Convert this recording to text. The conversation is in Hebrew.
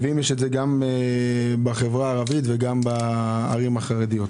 אם יש את זה גם בחברה הערבית וגם בערים החרדיות.